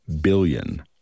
billion